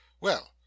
Well